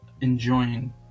enjoying